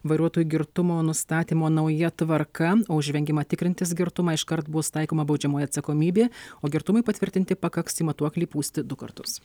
vairuotojų girtumo nustatymo nauja tvarka o už vengimą tikrintis girtumą iškart bus taikoma baudžiamoji atsakomybė o girtumui patvirtinti pakaks į matuoklį pūsti du kartus